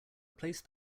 placed